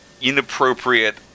inappropriate